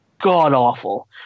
god-awful